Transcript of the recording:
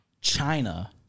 China